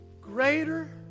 greater